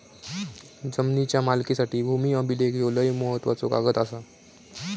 जमिनीच्या मालकीसाठी भूमी अभिलेख ह्यो लय महत्त्वाचो कागद आसा